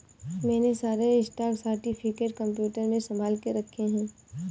मैंने सारे stock certificate computer में संभाल के रखे हैं